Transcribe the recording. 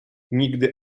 nigdy